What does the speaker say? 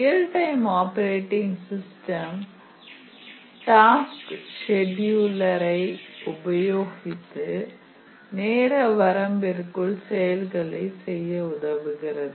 real time operating system task scheduler என்பதை உபயோகித்து நேர வரம்பிற்குள் செயல்களை செய்ய உதவுகிறது